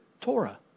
Torah